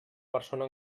persona